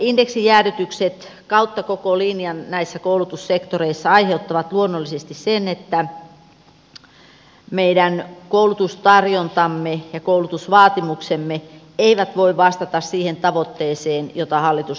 indeksijäädytykset kautta koko linjan näissä koulutussektoreissa aiheuttavat luonnollisesti sen että meidän koulutustarjontamme ja koulutusvaatimuksemme eivät voi vastata siihen tavoitteeseen jota hallitus hallitusohjelmassaan tavoittelee